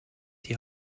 die